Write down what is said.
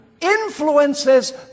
influences